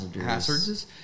hazards